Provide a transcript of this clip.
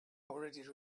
already